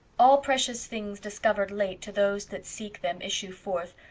all precious things discovered late to those that seek them issue forth,